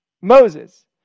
Moses